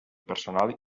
personal